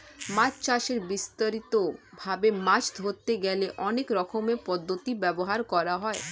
মাছ চাষে বিস্তারিত ভাবে মাছ ধরতে গেলে অনেক রকমের পদ্ধতি ব্যবহার করা হয়